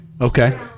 Okay